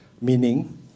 meaning